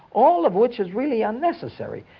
all of which is really unnecessary.